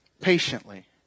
patiently